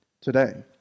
today